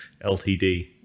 LTD